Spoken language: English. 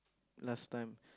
last time